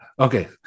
Okay